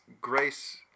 Grace